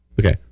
Okay